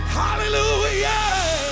hallelujah